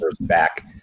back